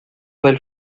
del